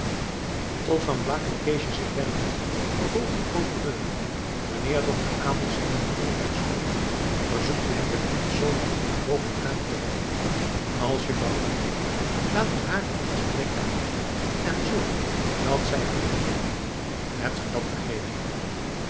tot van blaak en keesje zich wendend vervolgt de procureur wanneer dokter abels en dat jongmensch komen verzoekt u hen beleefd zoolang op de bovenvoorkamer te wachten als juffrouw ram komt laat u haar in t spreekkamertje en zorgt dat zij alleen blijft hebt ge dat begrepen